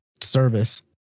service